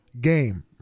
game